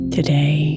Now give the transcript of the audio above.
Today